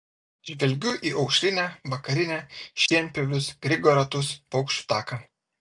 žvelgiu į aušrinę vakarinę šienpjovius grigo ratus paukščių taką